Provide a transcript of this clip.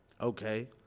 Okay